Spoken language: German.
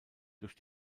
durch